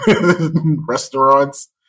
restaurants